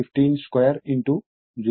153 అవుతుంది